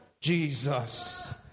Jesus